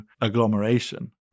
agglomeration